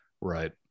Right